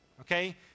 okay